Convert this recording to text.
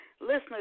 listeners